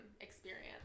experience